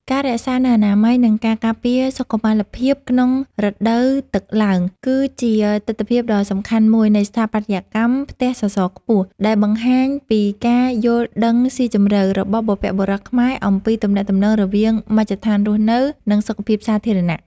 ការរក្សានូវអនាម័យ និងការការពារសុខុមាលភាពក្នុងរដូវទឹកឡើង គឺជាទិដ្ឋភាពដ៏សំខាន់មួយនៃស្ថាបត្យកម្មផ្ទះសសរខ្ពស់ ដែលបង្ហាញពីការយល់ដឹងស៊ីជម្រៅរបស់បុព្វបុរសខ្មែរអំពីទំនាក់ទំនងរវាងមជ្ឈដ្ឋានរស់នៅ និងសុខភាពសាធារណៈ។